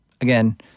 Again